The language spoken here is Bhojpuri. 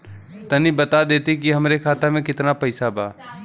तनि बता देती की हमरे खाता में कितना पैसा बा?